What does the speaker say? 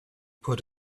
put